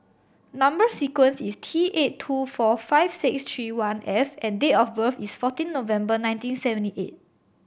number sequence is T eight two four five six three one F and date of birth is fourteen November nineteen seventy eight